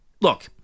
look